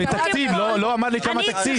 ותקציב, לא אמר לי כמה תקציב.